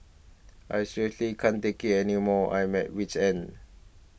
I seriously can't take it anymore I'm at wit's end